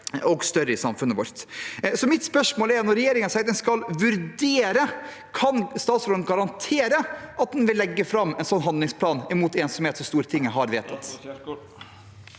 og større i samfunnet vårt. Mitt spørsmål er: Når regjeringen sier den skal vurdere det, kan statsråden garantere at en vil legge fram en handlingsplan mot ensomhet, slik Stortinget har vedtatt?